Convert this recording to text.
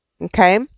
Okay